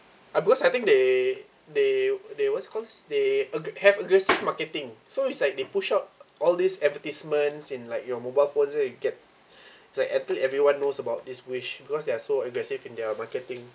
uh because I think they they they what to call this they ag~ have aggressive marketing so it's like they push out all these advertisements in like your mobile phone then you get it's like until everyone knows about this Wish because they are so aggressive in their marketing